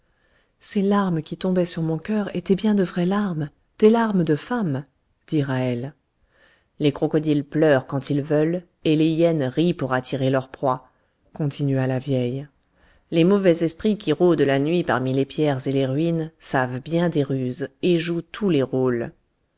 ses larmes qui tombaient sur mon cœur étaient bien de vraies larmes des larmes de femme dit ra'hel les crocodiles pleurent quand ils veulent et les hyènes rient pour attirer leur proie continua la vieille les mauvais esprits qui rôdent la nuit parmi les pierres et les ruines savent bien des ruses et jouent tous les rôles